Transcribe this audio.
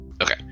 Okay